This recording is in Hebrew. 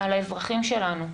על האזרחים שלנו.